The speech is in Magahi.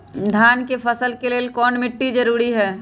धान के फसल के लेल कौन मिट्टी जरूरी है?